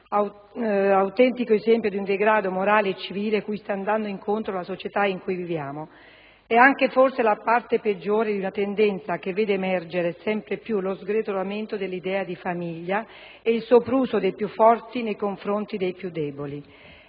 autentico esempio di un degrado morale e civile cui sta andando incontro la società in cui viviamo. È anche, forse, la parte peggiore di una tendenza che vede emergere sempre più lo sgretolamento dell'idea di famiglia e il sopruso dei più forti nei confronti dei più deboli.